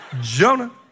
Jonah